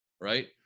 right